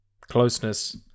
closeness